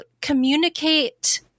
communicate